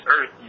earth